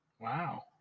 Wow